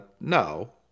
no